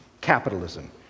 capitalism